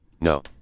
No